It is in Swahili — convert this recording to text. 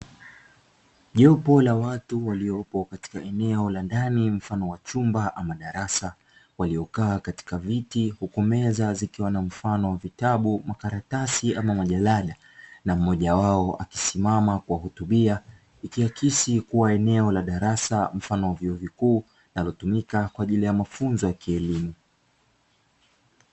jopo la watu waliopo katika eneo la ndani mfano wa chumba ama darasa waliokaa katika viti, huku meza zikiwa na mfano wa vitabu makaratsi ama majalada na mmoja wao akisimama kuwahutubia ikiakisi kuwa ni eneo la darasa mfano wa vyuo vikuu linaloyumika kwa ajili ya mafunzo ya kielimu.